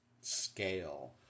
scale